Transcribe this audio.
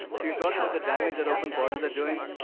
so you talk about the damage that open borders are doing.